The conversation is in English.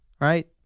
right